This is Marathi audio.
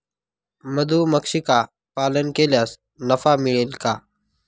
मधुमक्षिका पालन केल्यास नफा मिळेल का?